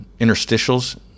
Interstitials